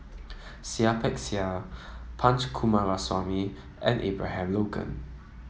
Seah Peck Seah Punch Coomaraswamy and Abraham Logan